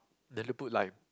then you put lime